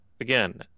again